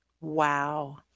Wow